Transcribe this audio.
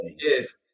yes